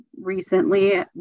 recently